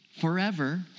forever